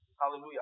Hallelujah